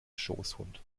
schoßhund